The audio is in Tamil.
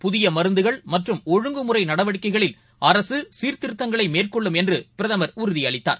புதியமருந்துகள் மற்றும் ஒழுங்குமுறைநடவடிக்கைகளில் அரகசீர்த்திருத்தங்களைமேற்கொள்ளும் என்றுபிரதமர் உறுதிஅளித்தார்